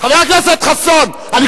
ויש גם אנסים.